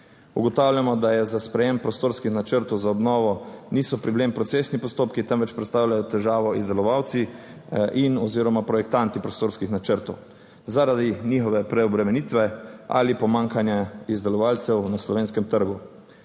Ugotavljamo, da je za sprejem prostorskih načrtov za obnovo, niso problem procesni postopki, temveč predstavljajo težavo izdelovalci in oziroma projektanti prostorskih načrtov zaradi njihove preobremenitve ali pomanjkanja izdelovalcev na slovenskem trgu.